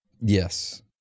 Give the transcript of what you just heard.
Yes